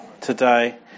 today